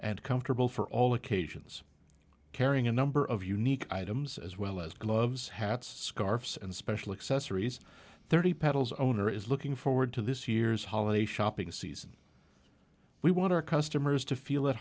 and comfortable for all occasions carrying a number of unique items as well as gloves hats and special accessories thirty petals owner is looking forward to this year's holiday shopping season we want our customers to feel at